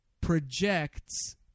projects